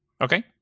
Okay